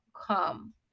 come